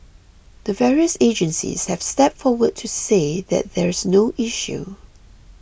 the various agencies have stepped forward to say that there's no issue